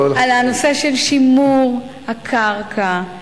על הנושא של שימור הקרקע,